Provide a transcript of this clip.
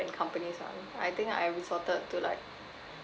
companies ah I think I resorted to like